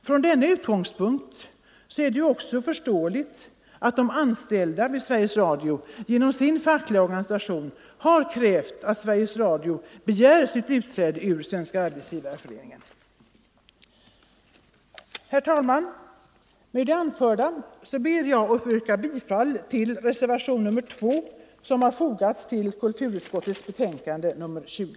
Från denna utgångspunkt är det också förståeligt att de anställda vid Sveriges Radio genom sin fackliga organisation har krävt att Sveriges Radio begär sitt utträde ur Svenska arbetsgivareföreningen. Herr talman! Med det anförda ber jag att få yrka bifall till reservationen 2 som fogats till kulturutskottets betänkande nr 20.